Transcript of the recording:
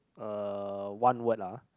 uh one word ah